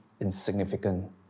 insignificant